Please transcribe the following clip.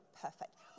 Perfect